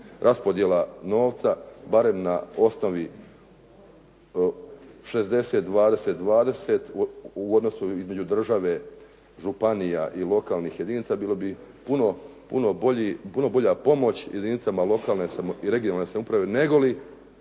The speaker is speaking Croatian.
raspodjela novca barem na osnovi 60-20-20 u odnosu između države, županija i lokalnih jedinica. Bilo bi puno bolja pomoć jedinicama lokalne i regionalne samouprave nego li